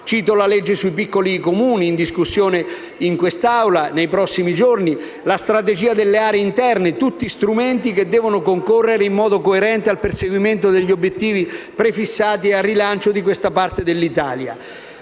- la legge sui piccoli Comuni, in discussione in quest'Aula nei prossimi giorni, e la strategia delle aree interne: tutti strumenti che devono concorrere in modo coerente al perseguimento degli obiettivi prefissati e al rilancio di questa parte d'Italia.